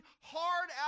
hard